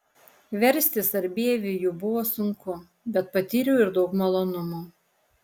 versti sarbievijų buvo sunku bet patyriau ir daug malonumo